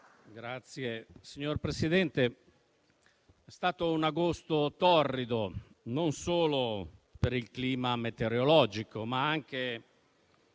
Signor Presidente, è stato un agosto torrido non solo per il clima metereologico, ma anche